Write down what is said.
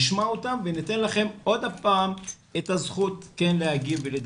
נשמע אותם וניתן לכם עוד פעם את הזכות להגיב ולדבר.